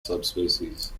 subspecies